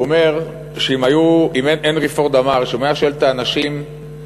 הוא אומר: הנרי פורד אמר שאם הוא היה שואל את האנשים בדורו,